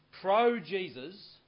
pro-Jesus